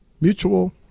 mutual